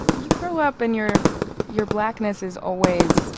you grow up, and your your blackness is always